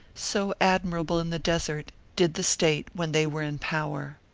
so admirable in the desert, did the state when they were in power.